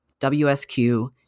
WSQ